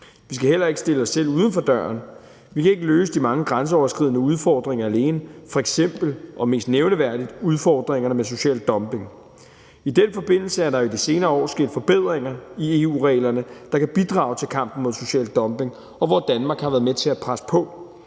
Vi skal heller ikke stille os selv uden for døren. Vi kan ikke løse de mange grænseoverskridende udfordringer alene, f.eks. og mest nævneværdigt udfordringerne med social dumping. I den forbindelse er der i de senere år sket forbedringer i EU-reglerne, der kan bidrage til kampen mod social dumping, hvor Danmark har været med til at presse på.